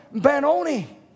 Benoni